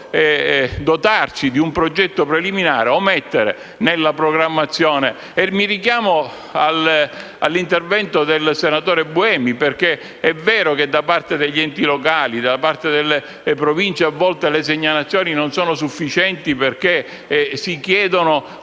possa dotarci di un progetto preliminare da inserire nella programmazione. Mi richiamo all'intervento del senatore Buemi, perché è vero che da parte degli enti locali e delle Province a volte le segnalazioni non sono sufficienti, perché si chiedono